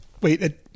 wait